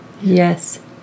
yes